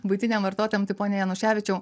buitiniam vartotojam tai pone januševičiau